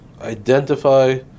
identify